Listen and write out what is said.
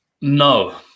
No